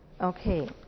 okay